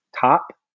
top